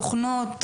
תוכנות,